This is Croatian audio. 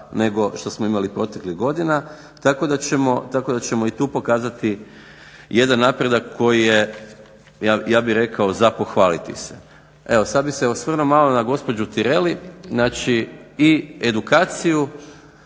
nego što smo imali proteklih godina tako da ćemo i tu pokazati jedan napredak koji je ja bih rekao za pohvaliti se. Evo sad bih se osvrnuo malo na gospođu Tireli. Znači, i edukaciju